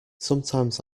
sometimes